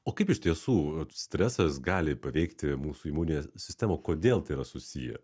o kaip iš tiesų stresas gali paveikti mūsų imuninę sistemą kodėl tai yra susiję